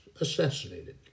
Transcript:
assassinated